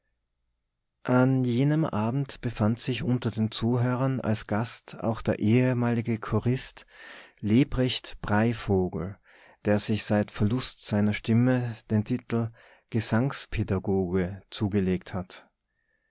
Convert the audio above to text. an jenem abend befand sich unter den zuhörern als gast auch der ehemalige chorist lebrecht breivogel der sich seit verlust seiner stimme den titel gesangspädagoge zugelegt hatte